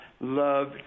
love